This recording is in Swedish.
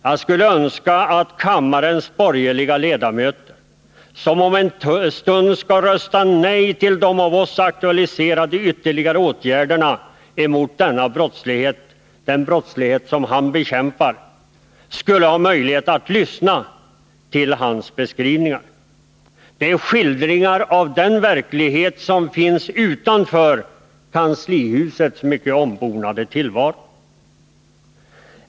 Jag skulle önska att kammarens borgerliga ledamöter, som om en stund skall rösta nej till de av oss aktualiserade ytterligare åtgärderna mot den brottslighet som han kämpar med, skulle ha möjlighet att lyssna till hans beskrivningar. Det är skildringar av den verklighet som finns utanför kanslihusets mycket ombonade tillvaro.